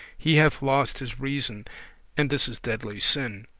he hath lost his reason and this is deadly sin.